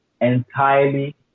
entirely